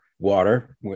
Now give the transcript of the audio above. water